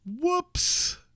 Whoops